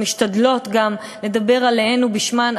ומשתדלות לדבר עליהן ובשמן,